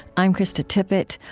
i'm krista tippett.